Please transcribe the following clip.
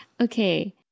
okay